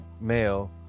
male